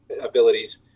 abilities